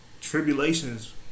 tribulations